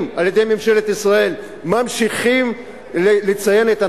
על-ידי ממשלת ישראל ממשיכים לציין את הנכבה,